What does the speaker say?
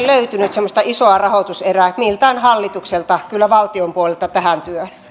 semmoista isoa rahoituserää miltään hallitukselta valtion puolelta tähän